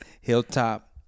Hilltop